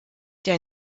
der